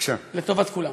לטובת כולם.